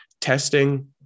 testing